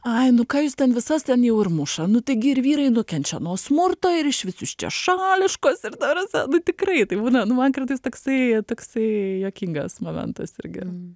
ai nu ką jus ten visas ten jau ir muša nu taigi ir vyrai nukenčia nuo smurto ir išvis jūs čia šališkos ir ta prasme nu tikrai taip būna nu man kartais toksai toksai juokingas momentas irgi